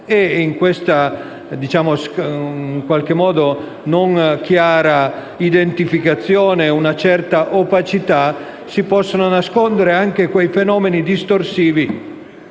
In questa non chiara identificazione, e quindi opacità, si possono nascondere anche quei fenomeni distorsivi